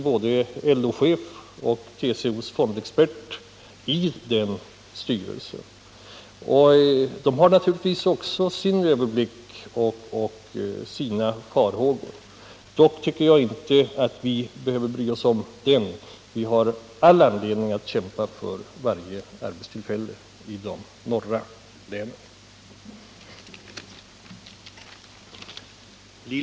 Både LO-chefen och TCO:s fondexpert satt enligt uppgift i styrelsen. De har naturligtvis överblick över situationen och hyser sina farhågor. Dock tycker jaginte vi behöver göra samma bedömning. Vi har all anledning att kämpa för varje arbetstillfälle i de norra länen.